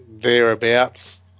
thereabouts